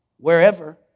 wherever